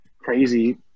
crazy